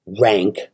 rank